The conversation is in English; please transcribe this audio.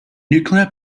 nuclear